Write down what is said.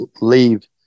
leave